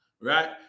right